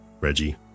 Reggie